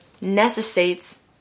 necessitates